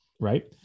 right